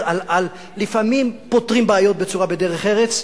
לפעמים פותרים בעיות בדרך ארץ,